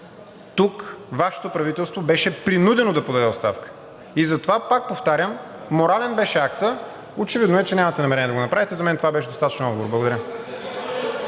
Тук Вашето правителство беше принудено да подаде оставка. Затова, пак повтарям, морален беше актът. Очевидно е, че нямате намерение да го направите. За мен това беше достатъчен отговор. Благодаря.